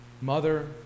mother